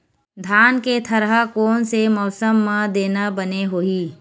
धान के थरहा कोन से मौसम म देना बने होही?